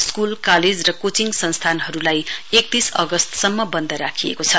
school college र coaching संस्थानहरुलाई एकतीस अगस्तसम्म बन्द राखिएको छ